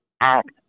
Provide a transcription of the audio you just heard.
act